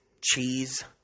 cheese